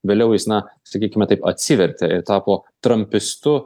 vėliau jis na sakykime taip atsivertė ir tapo trampistu